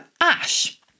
Ash